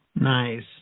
Nice